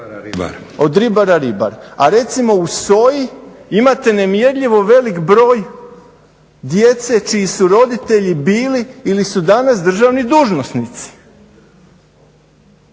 Od ribara ribari. A recimo u SOI imate nemjerljivo velik broj djece čiji su roditelji bili ili su danas državni dužnosnici.